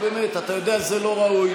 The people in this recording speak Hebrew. נו, באמת, אתה יודע שזה לא ראוי.